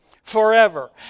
Forever